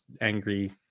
angry